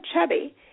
chubby